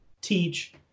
teach